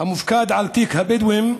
המופקד על תיק הבדואים,